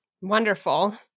Wonderful